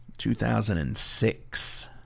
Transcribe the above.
2006